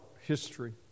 history